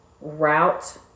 route